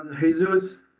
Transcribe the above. Jesus